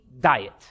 diet